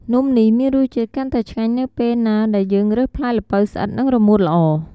នំនេះមានរសជាតិកាន់តែឆ្ងាញ់ នៅពេលណាដែលយើងរើសផ្លែល្ពៅស្អិត និងរមួតល្អ។